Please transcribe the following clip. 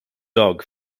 dog